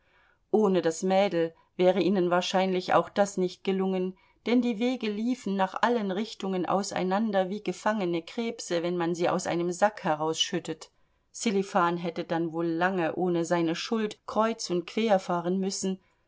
ohne das mädel wäre ihnen wahrscheinlich auch das nicht gelungen denn die wege liefen nach allen richtungen auseinander wie gefangene krebse wenn man sie aus einem sack herausschüttet sselifan hätte dann wohl lange ohne seine schuld kreuz und quer fahren müssen